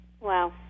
Wow